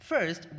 First